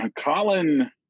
Colin